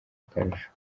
akarusho